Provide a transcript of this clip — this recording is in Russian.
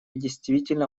действительно